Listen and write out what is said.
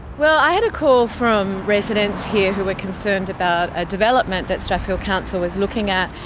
well, i had a call from residents here who were concerned about a development that strathfield council was looking at.